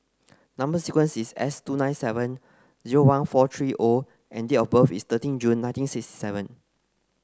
number sequence is S two nine seven zero one four three O and date of birth is thirteen June nineteen six seven